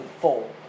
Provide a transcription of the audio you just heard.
full